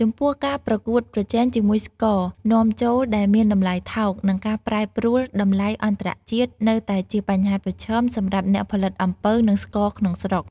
ចំពោះការប្រកួតប្រជែងជាមួយស្ករនាំចូលដែលមានតម្លៃថោក និងការប្រែប្រួលតម្លៃអន្តរជាតិនៅតែជាបញ្ហាប្រឈមសម្រាប់អ្នកផលិតអំពៅ និងស្ករក្នុងស្រុក។